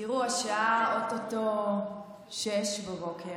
תראו, השעה אוטוטו 06:00,